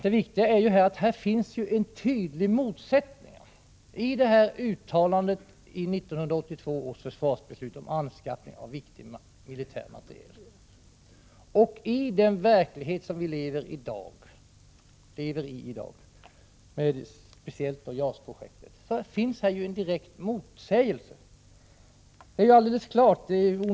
Det viktiga är att det finns tydliga motsättningar mellan uttalandet i 1982 års försvarsbeslut om anskaffning av viktig militär materiel och den verklighet som vii dag lever i. Speciellt i samband med JAS-projektet finns det en direkt motsägelse — det är alldeles klart.